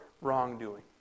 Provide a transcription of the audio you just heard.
wrongdoing